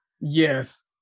Yes